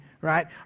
right